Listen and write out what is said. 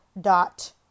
dot